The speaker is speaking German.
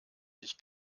sich